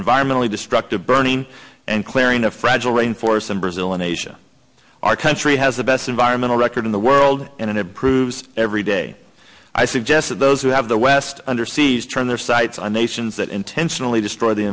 environmentally destructive burning and clearing the fragile rain forests and brazil in asia our country has the best environmental record in the world and it proves every day i suggest that those who have the west under siege turn their sights on nations that intentionally destroy the